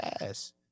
ass